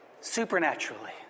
supernaturally